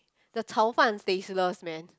the 炒饭 tasteless man